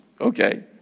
Okay